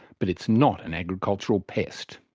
but it's not an agricultural pest,